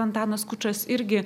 antanas kučas irgi